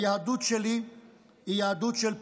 היהדות שלי היא יהדות של פולמוס,